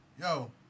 Yo